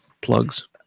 plugs